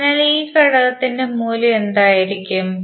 അതിനാൽ ഈ ഘടകത്തിന്റെ മൂല്യം എന്തായിരിക്കും